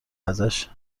ازش